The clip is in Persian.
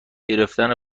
گرفتن